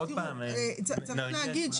צריך להגיד,